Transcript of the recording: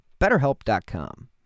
BetterHelp.com